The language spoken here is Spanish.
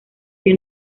que